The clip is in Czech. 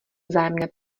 vzájemné